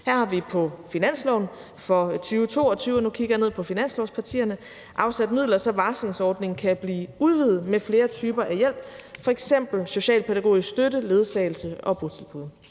jeg ned på finanslovspartierne – afsat midler, så varslingsordningen kan blive udvidet med flere typer af hjælp, f.eks. socialpædagogisk støtte, ledsagelse og botilbud.